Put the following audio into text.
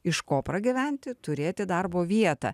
iš ko pragyventi turėti darbo vietą